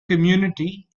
community